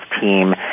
team